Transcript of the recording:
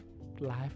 life